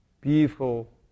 beautiful